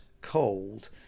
cold